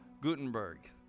Gutenberg